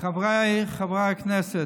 חבריי חברי הכנסת,